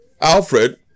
Alfred